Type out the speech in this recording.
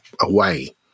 away